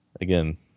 again